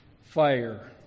fire